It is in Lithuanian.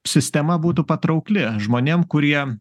sistema būtų patraukli žmonėm kurie